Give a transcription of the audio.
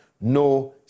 No